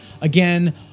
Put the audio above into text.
again